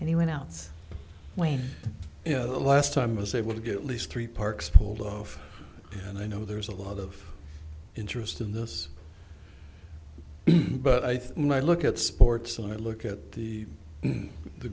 anyone else when last time i was able to get at least three parks pulled off and i know there's a lot of interest in this but i think i look at sports and i look at the the